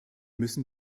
müssen